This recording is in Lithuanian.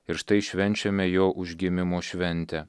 ir štai švenčiame jo užgimimo šventę